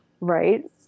right